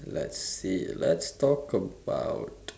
let's see let's talk about